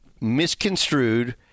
misconstrued